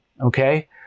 okay